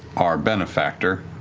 our benefactor.